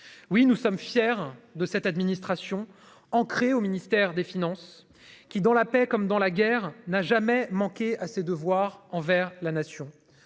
Oui, nous sommes fiers de cette administration ancré au ministère des finances qui dans la paix, comme dans la guerre n'a jamais manqué à ses devoirs envers la nation